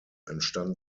entstand